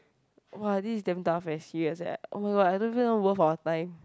!wah! this is damn tough eh serious eh oh-my-god I don't even know worth our time